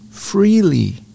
freely